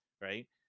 Right